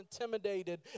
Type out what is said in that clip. intimidated